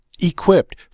equipped